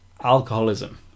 alcoholism